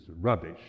rubbish